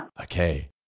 Okay